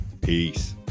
Peace